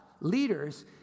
leaders